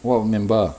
what me~ member